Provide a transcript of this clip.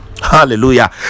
hallelujah